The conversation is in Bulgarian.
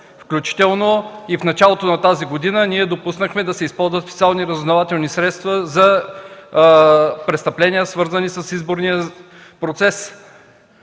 включително и в началото на тази година ние допуснахме да се използват специални разузнавателни средства за престъпления, свързани с изборния процес.